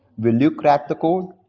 will you crack the code?